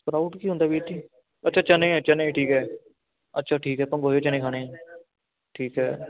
sprout ਕੀ ਹੁੰਦਾ ਵੀਰ ਜੀ ਅੱਛਾ ਚਨੇ ਆ ਚਨੇ ਠੀਕ ਹੈ ਅੱਛਾ ਠੀਕ ਹੈ ਭੁੰਨੇ ਹੋਏ ਚਨੇ ਖਾਣੇ ਆ ਠੀਕ ਹੈ